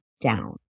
down